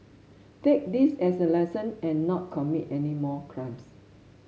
take this as a lesson and not commit any more crimes